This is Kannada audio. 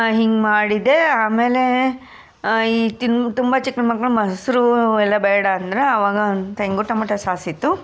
ಹಿಂಗೆ ಮಾಡಿದೆ ಆಮೇಲೆ ಈ ತಿಂದು ತುಂಬ ಚಿಕ್ಕಮಕ್ಳು ಮೊಸರು ಅವೆಲ್ಲ ಬೇಡ ಅಂದ್ರೆ ಅವಾಗ ಹೇಗೂ ಟೊಮೊಟೊ ಸಾಸಿತ್ತು